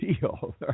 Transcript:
deal